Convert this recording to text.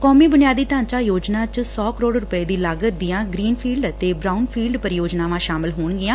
ਕੌਮੀ ਬੁਨਿਆਦੀ ਢਾਚਾ ਯੋਜਨਾ ਚ ਸੌ ਕਰੋੜ ਰੂਪੈ ਦੀ ਲਾਗਤ ਦੀਆਂ ਗਰੀਨ ਫੀਲਡ ਅਤੇ ਬਰੋਨ ਫੀਲਡ ਪ੍ਰੀਯੋਜਨਾਵਾਂ ਸ਼ਾਮਲ ਹੋਣਗੀਆਂ